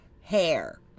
hair